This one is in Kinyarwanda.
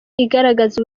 igaragaza